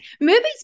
movies